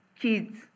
kids